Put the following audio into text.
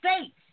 States